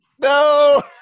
no